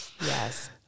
Yes